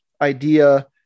idea